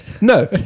No